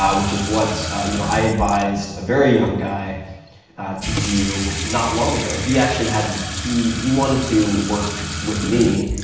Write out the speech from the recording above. which is what you know i advised a very young guy to do not long ago. he actually had he he wanted to work with me,